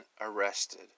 arrested